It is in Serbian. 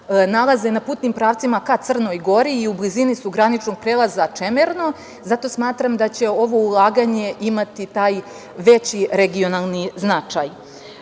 nalaze na putnim pravcima ka Crnoj Gori i u blizini su graničnog prelaza Čemerno. Zato smatram da će ovo ulaganje imati taj veći regionalni značaj,